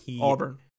Auburn